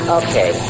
okay